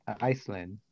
Iceland